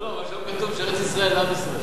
לא, לא, אבל שם כתוב שארץ-ישראל לעם ישראל.